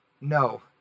no